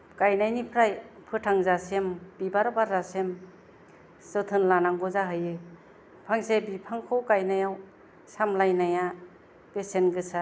गायनायनिफ्राय फोथांजासिम बिबार बारजासिम जोथोन लानांगौ जाहैयो फांसे बिफांखौ गायनायाव सामलायनाया बेसेन गोसा